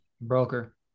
broker